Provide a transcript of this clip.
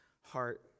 heart